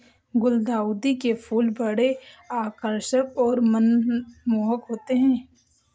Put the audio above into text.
गुलदाउदी के फूल बड़े आकर्षक और मनमोहक होते हैं